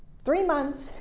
three months,